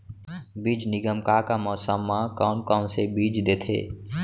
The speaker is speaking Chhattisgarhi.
बीज निगम का का मौसम मा, कौन कौन से बीज देथे?